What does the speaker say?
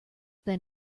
then